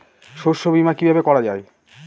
শস্য বীমা কিভাবে করা যায়?